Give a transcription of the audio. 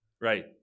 Right